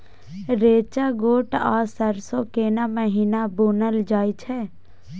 रेचा, गोट आ सरसो केना महिना बुनल जाय छै?